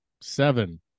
seven